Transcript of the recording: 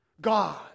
God